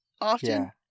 often